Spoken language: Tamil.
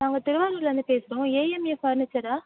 நாங்கள் திருவள்ளூர்லேருந்து பேசுகிறோம் ஏஎம்ஏ ஃபர்னிச்சரா